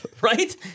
right